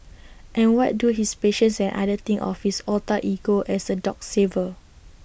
and what do his patients and others think of his alter ego as A dog saver